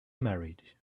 married